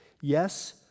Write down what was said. yes